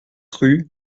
rue